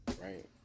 right